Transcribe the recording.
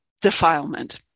defilement